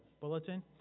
bulletin